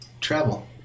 travel